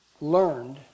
learned